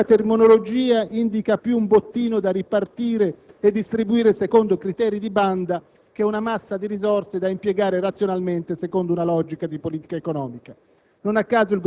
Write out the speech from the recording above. che già nella terminologia indica più un bottino da spartire e distribuire secondo criteri di banda che non una massa di risorse da impiegare razionalmente secondo una logica di politica economica.